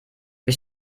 wir